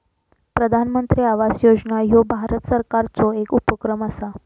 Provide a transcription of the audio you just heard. प्रधानमंत्री आवास योजना ह्यो भारत सरकारचो येक उपक्रम असा